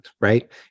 right